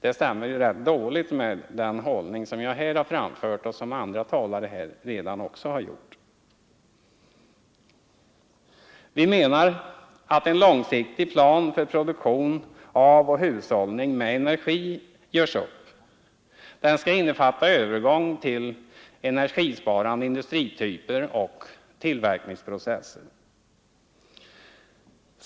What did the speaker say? Det stämmer väldigt dåligt med den hållning som jag här har uttryckt och som andra talare också har redovisat, nämligen att det skall satsas på kollektivtrafiken. En långsiktig plan för produktion av och hushållning med energi görs upp. Den skall innefatta övergång till energisparande industrityper och tillverkningsprocesser.